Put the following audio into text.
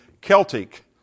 Celtic